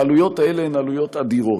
והעלויות האלה הן עלויות אדירות.